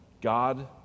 God